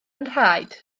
nhraed